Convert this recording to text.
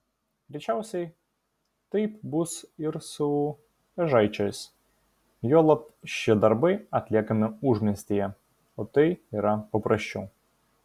greičiausiai taip bus ir su ežaičiais juolab šie darbai atliekami užmiestyje o tai yra paprasčiau